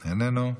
איננו,